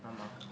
ஆமா:aamaa